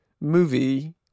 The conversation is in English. movie